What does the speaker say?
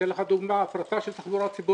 אני אתן לך דוגמה, ההפרטה של התחבורה הציבורית.